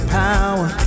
power